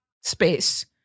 space